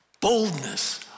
boldness